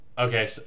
Okay